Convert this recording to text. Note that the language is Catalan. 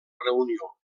reunió